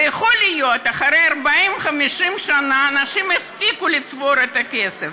ויכול להיות שאחרי 50-40 שנה אנשים הספיקו לצבור את הכסף.